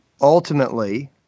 Ultimately